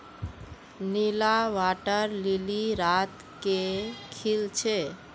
नीला water lily रात के खिल छे